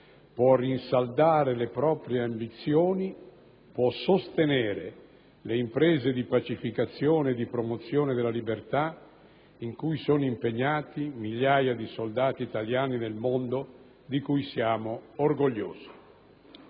può rinsaldare le proprie ambizioni, può sostenere le imprese di pacificazione e di promozione della libertà in cui sono impegnati migliaia di soldati italiani nel mondo, di cui siamo orgogliosi.